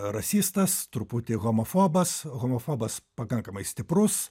rasistas truputį homofobas homofobas pakankamai stiprus